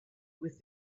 with